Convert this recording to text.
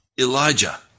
Elijah